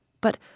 But